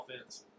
offense